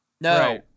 no